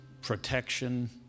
protection